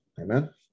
Amen